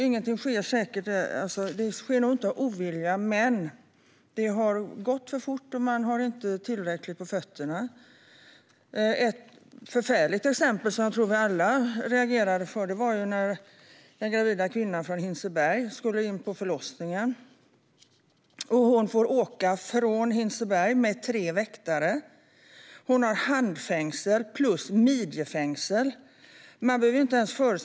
Ingenting sker nog av ovilja, men det har gått för fort och man har inte tillräckligt på fötterna. Ett förfärligt exempel som jag tror att vi alla reagerade på var den gravida kvinnan från Hinseberg som skulle in på förlossningen. Hon får åka från Hinseberg med tre väktare. Hon är handfängslad och har midjefängsel.